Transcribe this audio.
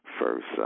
first